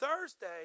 Thursday